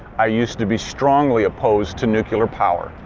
i used to be strongly opposed to nuclear power.